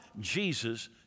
Jesus